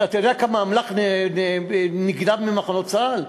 אתה יודע כמה אמל"ח נגנב ממחנות צה"ל?